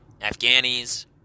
Afghanis